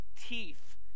teeth